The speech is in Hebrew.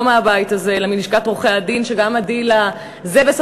לא מהבית הזה אלא מלשכת עורכי-הדין,